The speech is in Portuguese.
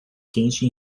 quente